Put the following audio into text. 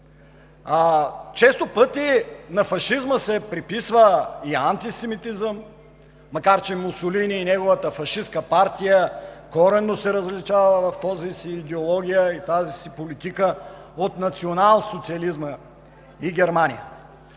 Често пъти на фашизма се приписва и антисемитизъм, макар че Мусолини и неговата фашистка партия коренно се различава в тази си идеология и тази си политика от националсоциализма и Германия.